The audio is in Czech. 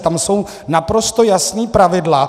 Tam jsou naprosto jasná pravidla.